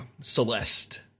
Celeste